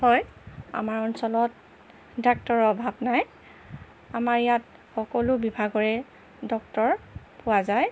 হয় আমাৰ অঞ্চলত ডাক্তৰৰ অভাৱ নাই আমাৰ ইয়াত সকলো বিভাগৰে ডক্তৰ পোৱা যায়